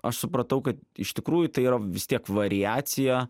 aš supratau kad iš tikrųjų tai yra vis tiek variacija